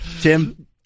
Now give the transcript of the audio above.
Tim